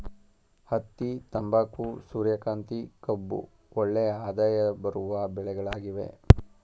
ಹತ್ತಿ, ತಂಬಾಕು, ಸೂರ್ಯಕಾಂತಿ, ಕಬ್ಬು ಒಳ್ಳೆಯ ಆದಾಯ ಬರುವ ಬೆಳೆಗಳಾಗಿವೆ